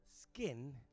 skin